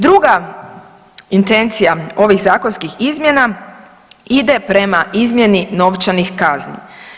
Druga intencija ovih zakonskih izmjena ide prema izmjeni novčanih kazni.